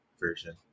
version